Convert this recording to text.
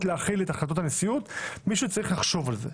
להכיל את החלטות הנשיאות מישהו צריך לחשוב על זה.